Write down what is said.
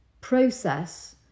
process